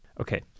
Okay